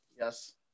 Yes